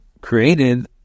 created